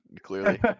clearly